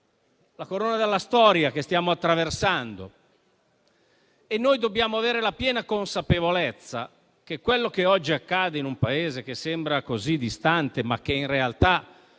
la corona dalla storia, che stiamo attraversando. Noi dobbiamo avere la piena consapevolezza che quello che oggi accade in un Paese che sembra così distante, ma che in realtà